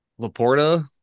Laporta